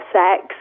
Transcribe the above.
sex